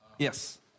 Yes